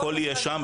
הכול נמצא שם,